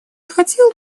хотел